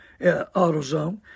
AutoZone